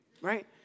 right